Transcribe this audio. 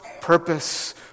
purpose